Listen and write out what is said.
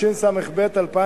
התשס"ב 2002,